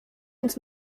uns